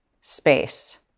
space